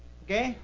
okay